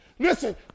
Listen